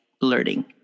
learning